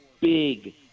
big